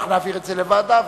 נעביר את זה לוועדה,